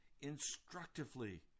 instructively